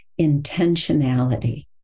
intentionality